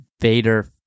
Vader